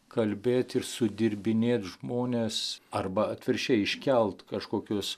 kalbėt ir sudirbinėt žmones arba atvirkščiai iškelt kažkokius